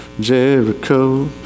Jericho